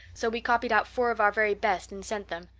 so we copied out four of our very best and sent them.